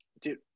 dude